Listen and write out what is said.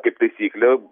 kaip taisyklė